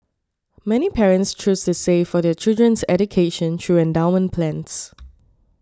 many parents choose to save for their children's education through endowment plans